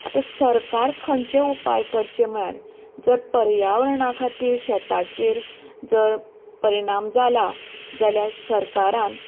आता सरकार खंयचे उपाय करचें म्हळ्यार जर पर्यावरणा खातीर शेतांचेर जर परिणाम जाला जाल्यार सरकारान